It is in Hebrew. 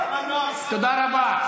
אֻקְעֻד, אֻקְעֻד.